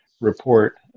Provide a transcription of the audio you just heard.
report